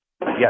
Yes